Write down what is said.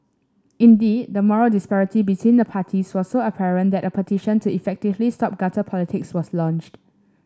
indeed the moral disparity between the parties was so apparent that a petition to effectively stop gutter politics was launched